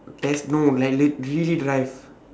test no like rea~ really drive